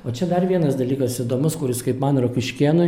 o čia dar vienas dalykas įdomus kuris kaip man rokiškėnui